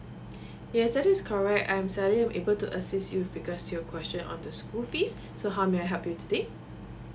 yes that is correct I'm sally I' m able to assist you because your question on the school fees so how may I help you today